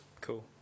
cool